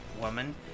woman